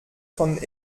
von